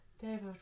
David